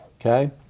Okay